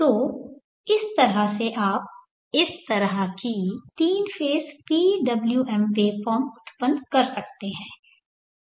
तो इस तरह से आप इस तरह की 3 फेज़ PWM वेवफॉर्म उत्पन्न कर सकते हैं